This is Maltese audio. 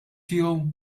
tiegħu